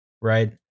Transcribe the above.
right